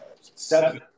seven